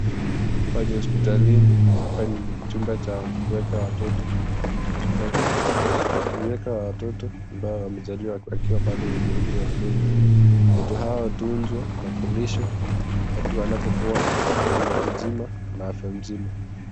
Hapa ni hospitalini. Hapa ni chumba cha kueka watoto. Chumba hii ueka watoto ambao wamezaliwa wakiwa bado wenye umri wadogo. Watoto hawa watuzwe na kulishwa hadi wanapokuwa wenye uzima na afya nzima.